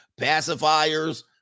pacifiers